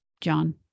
John